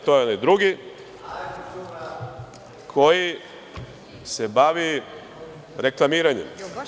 To je drugi koji se bavi reklamiranjem.